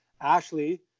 Ashley